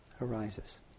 arises